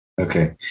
Okay